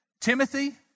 Timothy